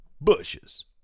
bushes